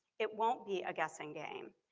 it won't be a guessing game.